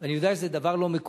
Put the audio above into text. אני יודע שזה לא מקובל,